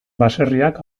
baserriak